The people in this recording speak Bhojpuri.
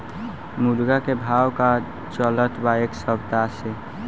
मुर्गा के भाव का चलत बा एक सप्ताह से?